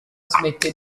smette